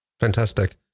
Fantastic